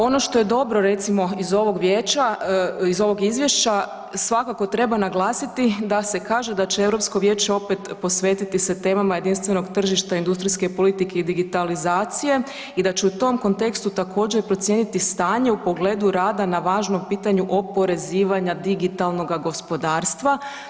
Ono što je dobro recimo iz ovog vijeća iz ovog izvješća svakako treba naglasiti da će Europsko vijeće opet posvetiti se temama jedinstvenog tržišta, industrijske politike i digitalizacije i da će u tom kontekstu također procijeniti stanje u pogledu rada na važnom pitanju oporezivanja digitalnoga gospodarstva.